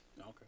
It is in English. Okay